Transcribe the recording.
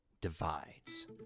Divides